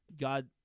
God